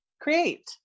create